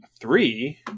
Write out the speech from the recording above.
Three